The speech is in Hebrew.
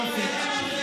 יופי.